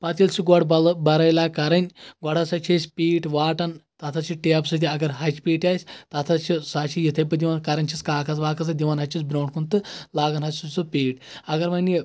پَتہٕ ییٚلہِ سُہ گۄڈٕ بَرٲے لاگہِ کَرٕنۍ گۄڈٕ ہسا چھِ أسۍ پیٖٹ واٹَن تَتھ حظ چھ ٹیپ سۭتۍ اَگر ہچہِ پیٖٹ آسہِ تتھ حظ چھ سۄ حظ چھِ یِتھٕے پٲٹھۍ دِوان کرٕنۍ چھِس کاغز واکز تہٕ دِوان حظ چھِس برونٛٹھ کُن تہٕ لاگان حظ چھِس سُہ پیٖٹ اَگر وۄنۍ یہِ